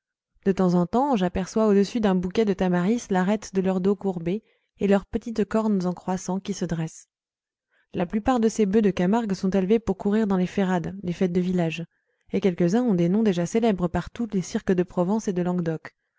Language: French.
de temps en temps j'aperçois au-dessus d'un bouquet de tamaris l'arête de leurs dos courbés et leurs petites cornes en croissant qui se dressent la plupart de ces bœufs de camargue sont élevés pour courir dans les ferrades les fêtes de villages et quelques-uns ont des noms déjà célèbres par tous les cirques de provence et de languedoc